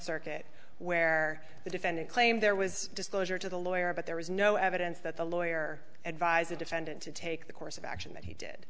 circuit where the defendant claimed there was disclosure to the lawyer but there was no evidence that the lawyer advised the defendant to take the course of action that he did